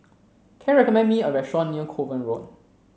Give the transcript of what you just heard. can you recommend me a restaurant near Kovan Road